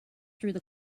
through